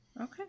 Okay